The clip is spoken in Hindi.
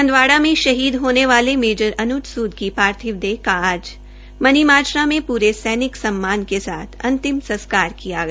हंदवाड़ा में शहीद होने वाले मेजर अन्ज सूद के पार्थिव शरीर का आज मनीमाजरा में पूरे सैनिक सम्मान के साथ अंतिम संस्कार किया गया